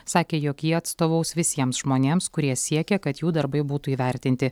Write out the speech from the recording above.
sakė jog ji atstovaus visiems žmonėms kurie siekia kad jų darbai būtų įvertinti